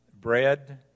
Bread